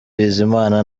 bizimana